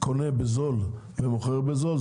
קונה בזול ומוכר בזול.